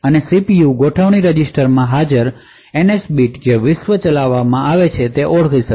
અને સીપીયુ ગોઠવણી રજિસ્ટર માં હાજર એનએસ બીટ જે વિશ્વ ચલાવવામાં આવે છે તે ઓળખી શકશે